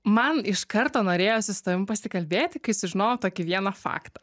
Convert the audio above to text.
man iš karto norėjosi su tavim pasikalbėti kai sužinojau tokį vieną faktą